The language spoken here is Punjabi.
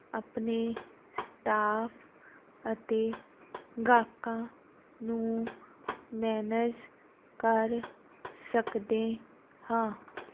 ਆਪਣੇ ਸਟਾਫ ਅਤੇ ਗਾਹਕਾਂ ਨੂੰ ਮੈਨੇਜ ਕਰ ਸਕਦੇ ਹਾਂ